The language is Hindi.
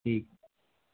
ठीक